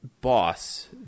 boss